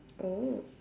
oh